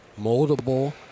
moldable